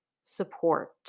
support